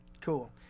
Cool